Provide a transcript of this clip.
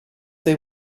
they